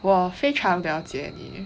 我非常了解你